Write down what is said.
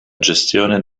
gestione